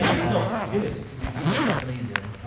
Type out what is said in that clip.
maybe he's not good, cause he's not japanese, you know?